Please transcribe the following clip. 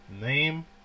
name